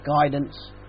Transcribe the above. guidance